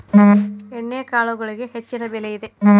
ಎಣ್ಣಿಕಾಳುಗಳಿಗೆ ಹೆಚ್ಚಿನ ಬೆಲೆ ಇದೆ